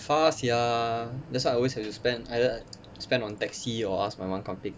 far sia that's why I always have to spend either spend on taxi or ask my mum come and pick